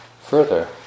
further